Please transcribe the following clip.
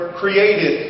created